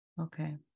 Okay